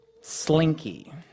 slinky